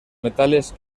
metales